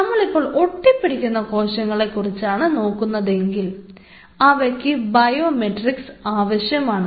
നമ്മളിപ്പോൾ ഒട്ടിപ്പിടിക്കുന്ന കോശങ്ങളെ കുറിച്ചാണ് നോക്കുന്നതെങ്കിൽ അവയ്ക്ക് ബേസ്മെട്രിക്സ് ആവശ്യമാണ്